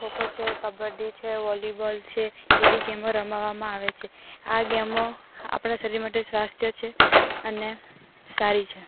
ખોખો છે કબડ્ડી છે વોલીવોલ છે એવી ગેમો રમવામાં આવે છે આ ગેમો આપણા શરીર માટે સ્વાસ્થ્ય છે અને સારી છે